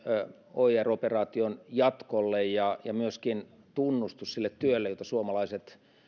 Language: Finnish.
oir operaation jatkolle ja ja myöskin tunnustus sille työlle jota suomalaiset